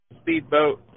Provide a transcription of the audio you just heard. speedboat